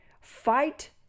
fight